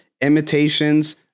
imitations